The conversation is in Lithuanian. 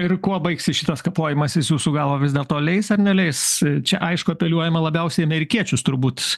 ir kuo baigsis šitas kapojimasis jūsų galva vis dėlto leis ar neleis čia aišku apeliuojama labiausiai į amerikiečius turbūt